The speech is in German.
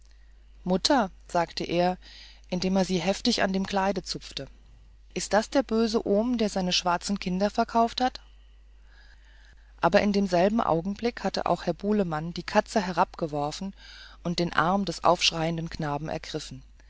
mutter sagte er indem er sie heftig an dem kleid zupfte ist das der böse ohm der seine schwarzen kinder verkauft hat aber in demselben augenblick hatte auch herr bulemann die katze herabgeworfen und den arm des aufschreienden knaben ergriffen